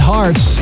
Hearts